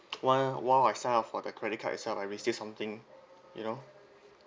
one while I sign up for the credit card itself I receive something you know